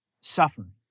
suffering